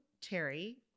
terry